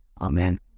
Amen